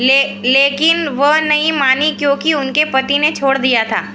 लेकिन वह नहीं मानी क्योंकि उनके पति ने छोड़ दिया था